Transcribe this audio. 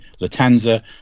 Latanza